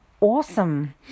awesome